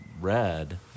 red